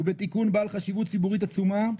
ובתיקון בעל חשיבות ציבורית עצומה,